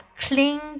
clean